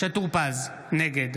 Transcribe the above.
משה טור פז, נגד